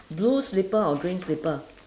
blue slipper or green slipper